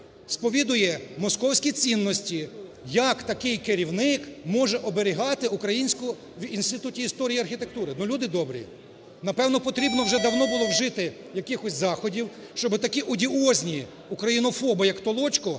сповідує московські цінності. Як такий керівник може оберігати українську… в Інституті історії архітектури? Ну, люди добрі, напевно, потрібно вже давно було вжити якихось заходів, щоб такі одіозні українофоби, як Толочко,